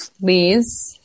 please